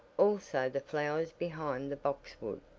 also the flowers behind the boxwood.